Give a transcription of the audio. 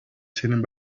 sitting